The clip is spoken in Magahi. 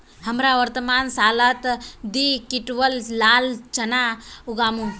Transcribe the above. हमरा वर्तमान सालत दी क्विंटल लाल चना उगामु